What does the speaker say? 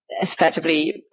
effectively